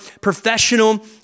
professional